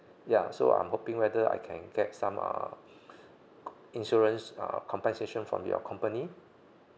ya so I'm hoping whether I can get some uh insurance err compensation from your company